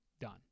Done